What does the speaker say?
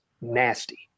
nasty